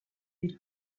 dira